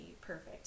perfect